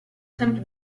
sempre